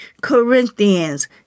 Corinthians